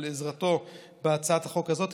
על עזרתו בהצעת החוק הזאת,